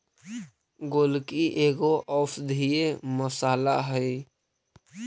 गोलकी एगो औषधीय मसाला हई